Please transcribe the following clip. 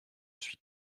suis